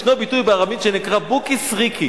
ישנו ביטוי בארמית שנקרא בוקי סריקי.